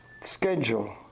schedule